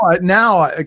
now